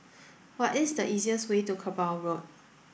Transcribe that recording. what is the easiest way to Kerbau Road